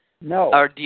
No